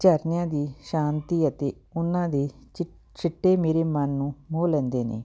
ਝਰਨਿਆਂ ਦੀ ਸ਼ਾਂਤੀ ਅਤੇ ਉਹਨਾਂ ਦੇ ਚਿ ਛਿੱਟੇ ਮੇਰੇ ਮਨ ਨੂੰ ਮੋਹ ਲੈਂਦੇ ਨੇ